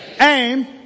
aim